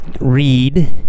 read